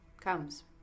comes